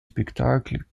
spectacles